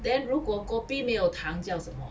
then 如果 kopi 没有糖叫什么